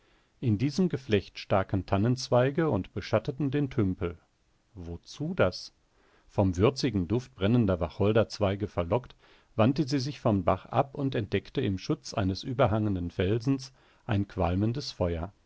in diesem geflecht staken tannenzweige und beschatteten den tümpel wozu das vom würzigen duft brennender wacholderzweige verlockt wandte sie sich vom bach ab und entdeckte im schutz eines überhängenden felsens ein qualmendes feuer